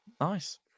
Nice